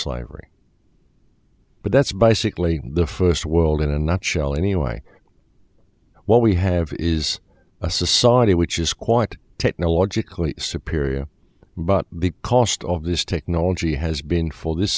slavery but that's basically the first world in a nutshell anyway what we have is a society which is quite technologically superior but the cost of this technology has been f